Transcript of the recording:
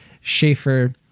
schaefer